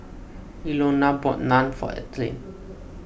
Ilona bought Naan for Ethelyn